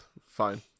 Fine